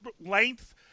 length